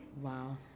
Wow